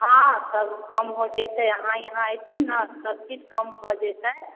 हँ सब कम हो जेतै अहाँ यहाँ अएथिन ने सबचीज कम भऽ जेतै